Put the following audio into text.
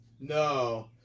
No